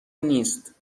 نیست